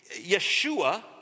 yeshua